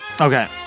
Okay